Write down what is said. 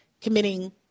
committing